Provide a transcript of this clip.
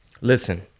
listen